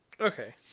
Okay